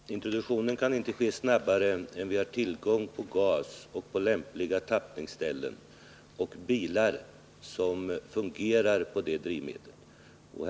Herr talman! Introduktionen kan inte ske snabbare än tillgången på gas och lämpliga tappningsställen tillåter. Vidare måste vi ha bilar som fungerar med det här drivmedlet.